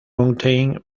mountain